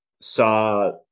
saw